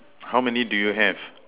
how many do you have